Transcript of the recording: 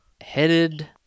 headed